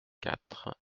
quatre